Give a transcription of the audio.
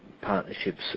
partnerships